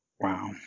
wow